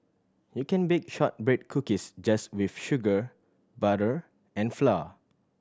you can bake shortbread cookies just with sugar butter and flour